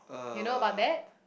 you know about that